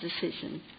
decision